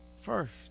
first